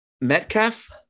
Metcalf